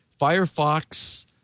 Firefox